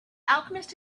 alchemist